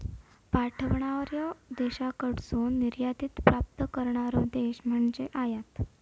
पाठवणार्या देशाकडसून निर्यातीत प्राप्त करणारो देश म्हणजे आयात